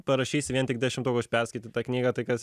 parašysi vien tik dešimtukus už perskaitytą knygą tai kas